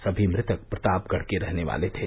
सभी मृतक प्रतापगढ़ के रहने वाले थे